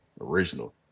original